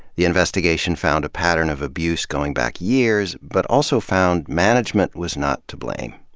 the investigation found a pattern of abuse going back years but also found management was not to blame.